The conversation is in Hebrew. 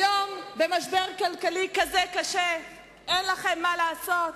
היום, במשבר כלכלי כזה קשה, אין לכם מה לעשות?